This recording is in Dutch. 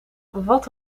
wat